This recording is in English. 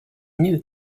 new